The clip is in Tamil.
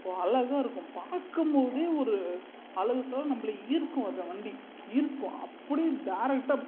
அழகாக இருக்கும் பார்க்கம் போதே ஒரு அழகு தரும் நம்மள ஈர்க்கும் அந்த வண்டி ஈர்க்கும் அப்படியே டேரெக்டாக